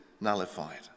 nullified